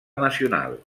nacional